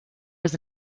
was